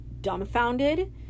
dumbfounded